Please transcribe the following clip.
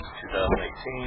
2018